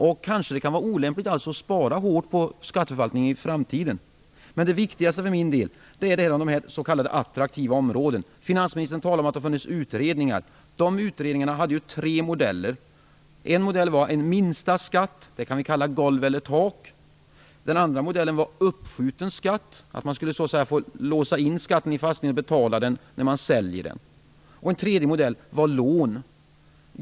Det är kanske olämpligt att i framtiden spara hårt på skatteförvaltningen. Det viktigaste för min del är frågan om s.k. attraktiva områden. Finansministern talar om utredningar som förekommit. De utredningarna hade tre modeller. En modell innebar en minsta skatt - ett golv eller ett tak. En annan modell var uppskjuten skatt - att man skulle få låsa in skatten i en fastighet och betala skatt vid försäljning av fastigheten. Den tredje modellen var lån.